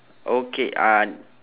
okay uh